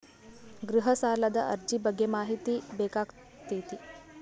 ಗೃಹ ಸಾಲದ ಅರ್ಜಿ ಬಗ್ಗೆ ಮಾಹಿತಿ ಬೇಕಾಗೈತಿ?